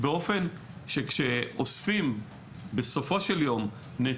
באופן שבו שכשאוספים נתונים,